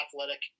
athletic